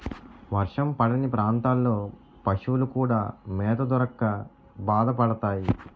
వర్షం పడని ప్రాంతాల్లో పశువులు కూడా మేత దొరక్క బాధపడతాయి